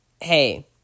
hey